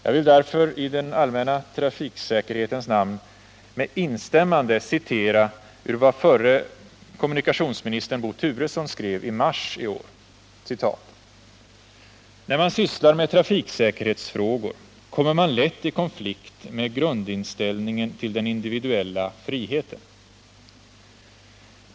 Jag vill därför i den allmänna trafiksäkerhetens namn med instämmande citera vad förre kommunikationsministern Bo Turesson skrev i mars i år: ”När man sysslar med trafiksäkerhetsfrågor kommer man lätt i konflikt med grundinställningen till den individuella friheten.